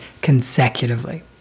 consecutively